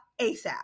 ASAP